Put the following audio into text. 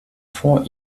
vor